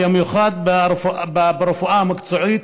במיוחד ברפואה המקצועית,